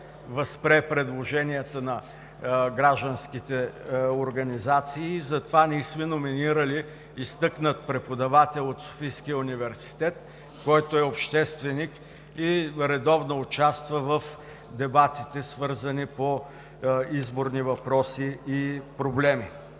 възприе предложенията на гражданските организации, затова ние сме номинирали изтъкнат преподавател от Софийския университет, който е общественик и редовно участва в дебатите, свързани по изборни въпроси и проблеми.